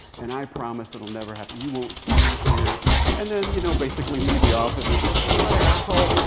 and i promise it'll never happen you won't see me here and then, you know, basically leave the office and, see you later, asshole!